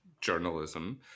journalism